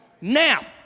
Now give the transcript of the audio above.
Now